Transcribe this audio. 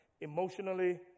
emotionally